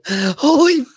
Holy